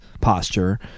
posture